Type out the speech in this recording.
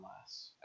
less